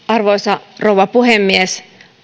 arvoisa rouva puhemies